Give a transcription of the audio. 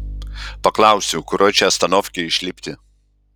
paklausiu kurioj čia astanovkėj išlipti